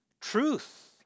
truth